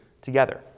together